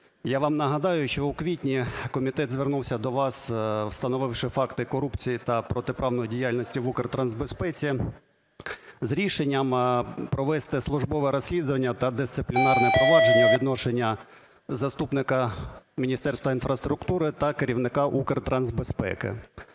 Я вам нагадаю, що у квітні комітет звернувся до вас, встановивши факти корупції та протиправної діяльності в Укртрансбезпеці, з рішенням провести службове розслідування та дисциплінарне провадження по відношенню до заступника Міністерства інфраструктури та керівника Укртрансбезпеки.